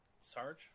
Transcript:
Sarge